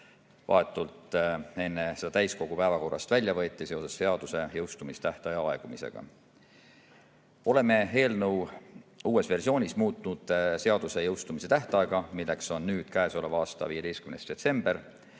vahetult enne seda täiskogu päevakorrast välja võeti seoses seaduse jõustumise tähtaja aegumisega. Oleme eelnõu uues versioonis muutnud seaduse jõustumise tähtaega, milleks on nüüd käesoleva aasta 15. detsember,